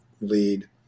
lead